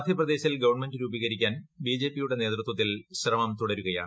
മധ്യപ്രദേശിൽ ഗവൺമെന്റ് രൂപീകരിക്കാൻ B J P യുടെ നേതൃത്വത്തിൽ ശ്രമം തുടരുകയാണ്